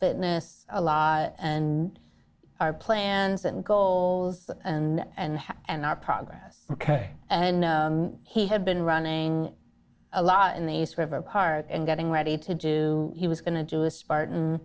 fitness a lot and our plans and goals and and our progress ok and he had been running a lot in the east river card and getting ready to do he was going to do a spartan